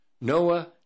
Noah